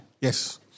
Yes